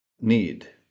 Need